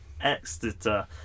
Exeter